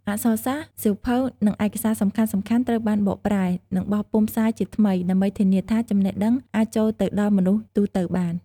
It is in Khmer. អក្សរសាស្ត្រ សៀវភៅ និងឯកសារសំខាន់ៗត្រូវបានបកប្រែ និងបោះពុម្ពផ្សាយជាថ្មី ដើម្បីធានាថាចំណេះដឹងអាចចូលទៅដល់មនុស្សទូទៅបាន។